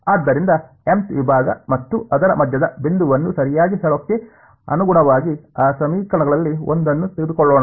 ಆದ್ದರಿಂದ mth ವಿಭಾಗ ಮತ್ತು ಅದರ ಮಧ್ಯದ ಬಿಂದುವನ್ನು ಸರಿಯಾಗಿ ಹೇಳೋಣಕ್ಕೆ ಅನುಗುಣವಾಗಿ ಆ ಸಮೀಕರಣಗಳಲ್ಲಿ ಒಂದನ್ನು ತೆಗೆದುಕೊಳ್ಳೋಣ